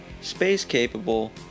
space-capable